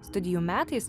studijų metais